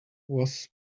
was